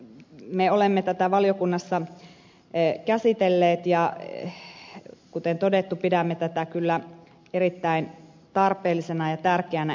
me olemme tätä valiokunnassa käsitelleet ja kuten todettu pidämme tätä kyllä erittäin tarpeellisena ja tärkeänä esityksenä